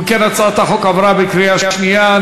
אם כן, הצעת החוק עברה בקריאה שנייה.